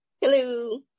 Hello